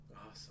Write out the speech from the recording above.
awesome